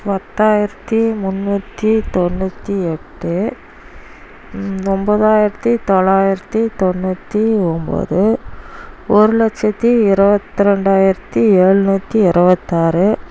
பத்தாயிரத்து முந்நூற்றி தொண்ணூற்றி எட்டு ஒம்பதாயிரத்தி தொள்ளாயிரத்து தொண்ணூற்றி ஒம்பது ஒரு லட்சத்து இருவத்து ரெண்டாயிரத்து ஏழ்நூத்தி இருபத்தாறு